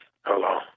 Hello